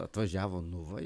atvažiavo nu va